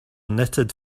knitted